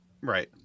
right